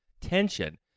tension